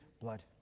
blood